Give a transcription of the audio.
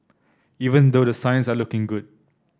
even though the signs are looking good